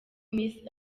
miss